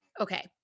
Okay